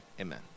amen